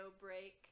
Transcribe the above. break